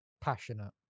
Passionate